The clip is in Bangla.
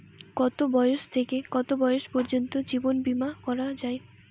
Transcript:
কতো বয়স থেকে কত বয়স পর্যন্ত জীবন বিমা করা যায়?